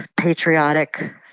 patriotic